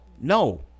No